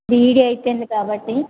B Ed అయిందిపోయింది కాబట్టి